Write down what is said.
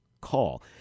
call